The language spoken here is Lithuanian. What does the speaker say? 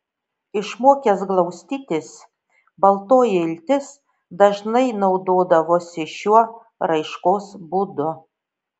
išmokęs glaustytis baltoji iltis dažnai naudodavosi šiuo raiškos būdu